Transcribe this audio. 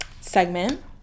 segment